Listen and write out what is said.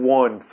one